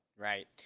Right